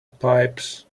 pipes